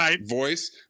voice